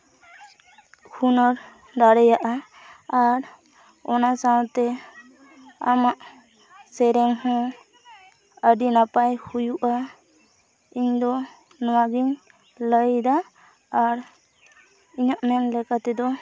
ᱦᱩᱱᱟᱹᱨ ᱫᱟᱲᱮᱭᱟᱜᱼᱟ ᱟᱨ ᱚᱱᱟ ᱥᱟᱶᱛᱮ ᱟᱢᱟᱜ ᱥᱮᱨᱮᱧ ᱦᱚᱸᱢ ᱟᱹᱰᱤ ᱱᱟᱯᱟᱭ ᱦᱩᱭᱩᱜᱼᱟ ᱤᱧ ᱫᱚ ᱱᱚᱣᱟᱜᱮᱧ ᱞᱟᱹᱭᱮᱫᱟ ᱟᱨ ᱤᱧᱟᱹᱜ ᱢᱮᱱ ᱞᱮᱠᱟᱛᱮᱫᱚ